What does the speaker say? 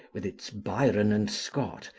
with its byron and scott,